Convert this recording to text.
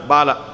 Bala